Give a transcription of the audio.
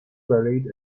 buried